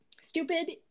stupid